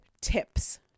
tips